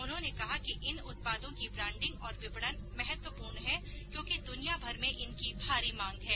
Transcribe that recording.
उन्होंने कहा कि इन उत्पादों की ब्रांडिंग और विपणन महत्वपूर्ण है क्योंकि दुनियाभर में इनकी भारी मांग है